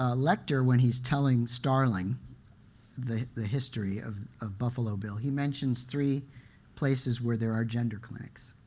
ah lecter, when he's telling starling the the history of of buffalo bill, he mentions three places where there are gender clinics.